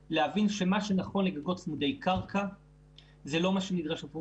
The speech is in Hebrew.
כדי להבין שמה שנכון לצמודי קרקע זה לא מה שנדרש עבור